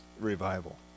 revival